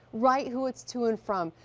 write who it's to and from.